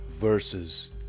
Verses